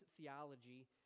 theology